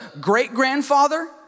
great-grandfather